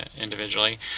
individually